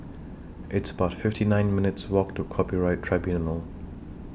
It's about fifty nine minutes' Walk to Copyright Tribunal